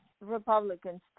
Republicans